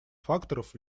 факторов